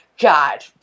God